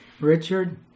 Richard